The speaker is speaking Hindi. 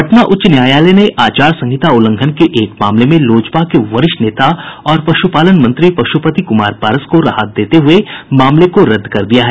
पटना उच्च न्यायालय ने आचार संहिता उल्लंघन के एक मामले में लोजपा के वरिष्ठ नेता और पशुपालन मंत्री पशुपति कुमार पारस को राहत देते हुये मामले को रद्द कर दिया है